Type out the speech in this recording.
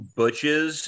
butches